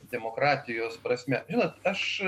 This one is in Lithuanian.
demokratijos prasme žinot aš